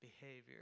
behavior